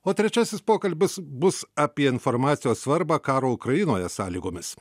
o trečiasis pokalbis bus apie informacijos svarbą karo ukrainoje sąlygomis